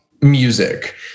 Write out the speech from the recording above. music